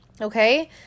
Okay